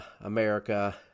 America